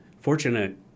fortunate